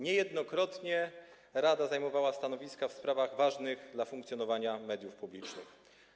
Niejednokrotnie rada zajmowała stanowiska w sprawach ważnych dla funkcjonowania mediów publicznych.